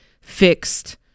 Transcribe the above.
fixed